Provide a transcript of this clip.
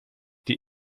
die